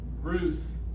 Ruth